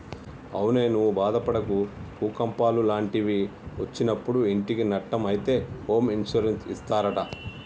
అవునే నువ్వు బాదపడకు భూకంపాలు లాంటివి ఒచ్చినప్పుడు ఇంటికి నట్టం అయితే హోమ్ ఇన్సూరెన్స్ ఇస్తారట